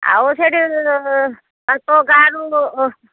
ଆଉ ସେଇଟି ତୋ ଗାଁରୁ